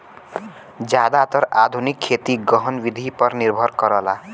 जादातर आधुनिक खेती गहन विधि पर निर्भर करला